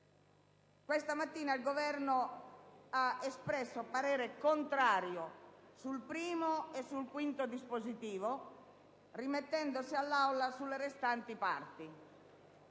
questa mattina il Governo ha espresso parere contrario sul primo e sul quinto capoverso del dispositivo, rimettendosi all'Aula sulle restanti parti.